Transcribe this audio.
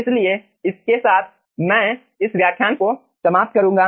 इसलिए इसके साथ मैं इस व्याख्यान को समाप्त करूंगा